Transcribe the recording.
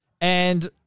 and-